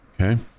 Okay